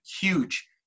huge